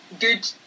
good